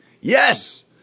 yes